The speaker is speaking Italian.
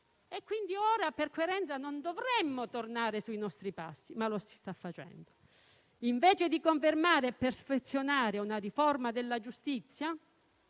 dato. Ora, per coerenza, non dovremmo tornare sui nostri passi, ma lo stiamo facendo. Invece di confermare e perfezionare una riforma della giustizia